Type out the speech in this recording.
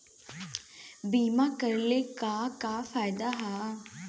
बीमा कइले का का फायदा ह?